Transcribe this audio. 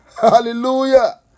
hallelujah